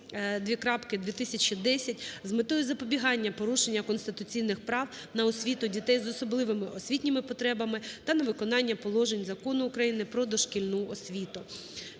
003:2010 з метою запобігання порушення конституційних прав на освіту дітей з особливими освітніми потребами та на виконання положень Закону України "Про дошкільну освіту".